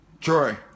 Troy